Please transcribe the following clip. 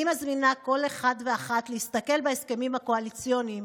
אני מזמינה כל אחד ואחת להסתכל בהסכמים הקואליציוניים,